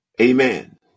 Amen